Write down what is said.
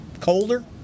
colder